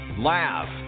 Laugh